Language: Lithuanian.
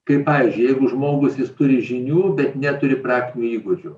kaip pavyzdžiui jeigu žmogus jis turi žinių bet neturi praktinių įgūdžių